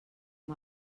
amb